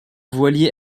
voilier